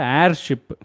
airship